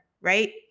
right